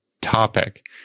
topic